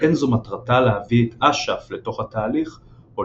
ואין זו מטרתה להביא את אש"ף לתוך התהליך או